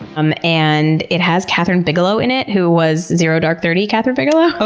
um and it has kathryn bigelow in it, who was zero dark thirty kathryn bigelow.